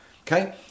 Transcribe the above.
Okay